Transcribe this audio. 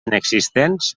existents